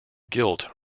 gilt